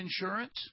insurance